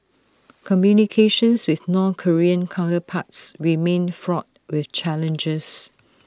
communications with north Korean counterparts remain fraught with challenges